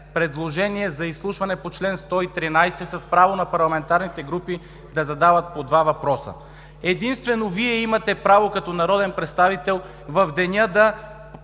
за изслушване по чл. 113 с право на парламентарните групи да задават по два въпроса. Единствено Вие имате право като народен представител в деня да